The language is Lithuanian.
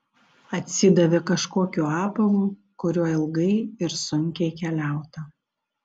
atsidavė kažkokiu apavu kuriuo ilgai ir sunkiai keliauta